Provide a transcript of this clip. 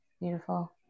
Beautiful